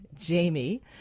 Jamie